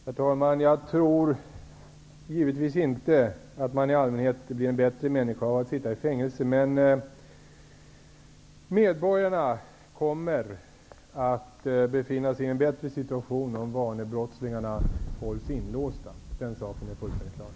Herr talman! Jag tror givetvis inte att man i allmänhet blir en bättre människa av att sitta i fängelse. Men medborgarna kommer att befinna sig i en bättre situation om vanebrottslingarna hålls inlåsta. Den saken är fullständigt klar.